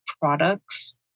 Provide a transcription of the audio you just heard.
products